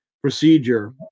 procedure